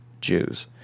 Jews